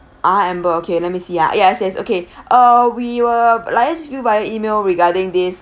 ah amber okay let me see ah yes yes okay uh we will liaise you by email regarding this